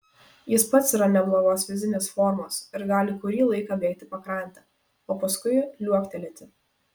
jis pats yra neblogos fizinės formos ir gali kurį laiką bėgti pakrante o paskui liuoktelėti